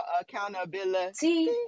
accountability